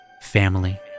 family